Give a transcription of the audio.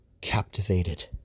captivated